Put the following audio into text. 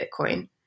Bitcoin